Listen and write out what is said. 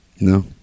No